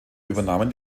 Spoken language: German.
übernahmen